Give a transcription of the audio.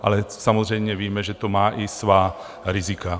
Ale samozřejmě víme, že to má i svá rizika.